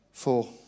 Four